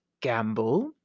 gamble